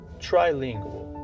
trilingual